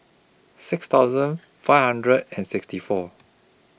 six thousand five hundred and sixty four